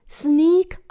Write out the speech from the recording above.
sneak